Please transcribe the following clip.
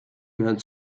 gehören